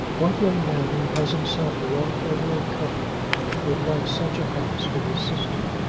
what young man who has himself dwelt ever in comfort would like such a house for his sister?